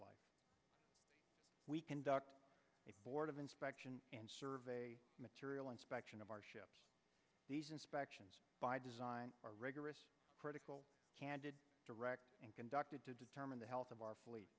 life we conduct a board of inspection and survey material inspection of our ships these inspections by design are rigorous critical direct and conducted to determine the health of our f